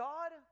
God